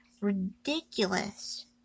ridiculous